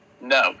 No